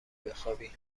بخوابی